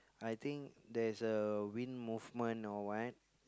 I think there's a wind movement or what